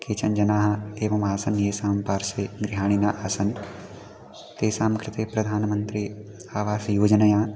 केचन जनाः एवमासन् येषां पार्श्वे गृहाणि न आसन् तेषां कृते प्रधानमन्त्री आवास् योजनया